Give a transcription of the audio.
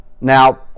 Now